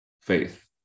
faith